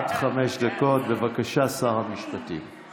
עד חמש דקות, בבקשה, שר המשפטים.